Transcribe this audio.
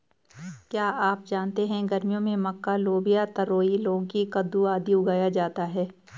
क्या आप जानते है गर्मियों में मक्का, लोबिया, तरोई, लौकी, कद्दू, आदि उगाया जाता है?